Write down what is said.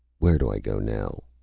where do i go now?